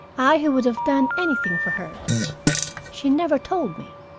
i, who would have done anything for her she never told me.